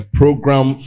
program